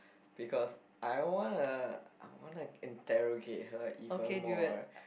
because I wanna I wanna interrogate her even more